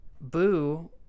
Boo